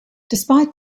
despite